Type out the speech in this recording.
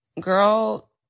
girl